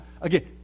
again